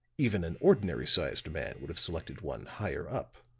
even an ordinary sized man would have selected one higher up.